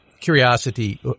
curiosity